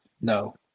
No